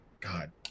God